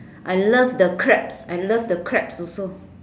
I love the crab I love the crabs also